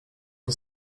che